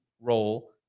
role